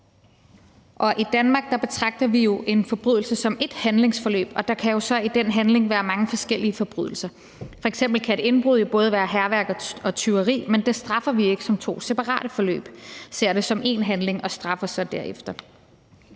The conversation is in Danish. I Danmark betragter vi en forbrydelse som ét handlingsforløb, og der kan jo så i den handling være mange forskellige forbrydelser. F.eks. kan et indbrud jo både være hærværk og tyveri, men det straffer vi ikke som to separate forløb – vi ser det som én handling og straffer det